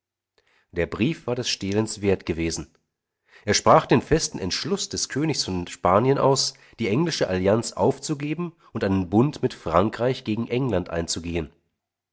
der brief war des stehlens wert gewesen er sprach den festen entschluß des königs von spanien aus die englische allianz aufzugeben und einen bund mit frankreich gegen england einzugehen